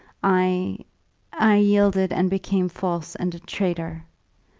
i i yielded and became false and a traitor.